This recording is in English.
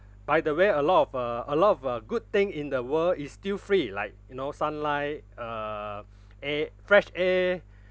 by the way a lot of uh a lot of uh good thing in the world is still free like you know sunlight uh air fresh air